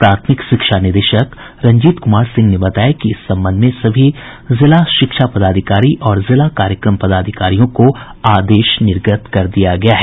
प्राथमिक शिक्षा निदेश्क रंजीत कुमार सिंह ने बताया कि इस संबंध में सभी जिला शिक्षा पदाधिकारी और जिला कार्यक्रम पदाधिकारियों को आदेश निर्गत कर दिया गया है